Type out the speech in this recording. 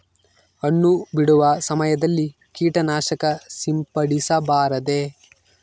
ಹಣ್ಣು ಬಿಡುವ ಸಮಯದಲ್ಲಿ ಕೇಟನಾಶಕ ಸಿಂಪಡಿಸಬಾರದೆ?